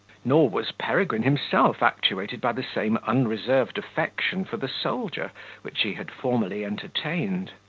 nor was peregrine himself actuated by the same unreserved affection for the soldier which he had formerly entertained.